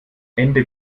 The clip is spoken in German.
ende